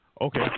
Okay